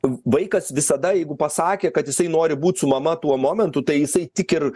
vaikas visada jeigu pasakė kad jisai nori būt su mama tuo momentu tai jisai tik ir